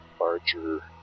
larger